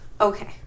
Okay